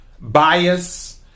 bias